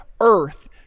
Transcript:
earth